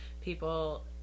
people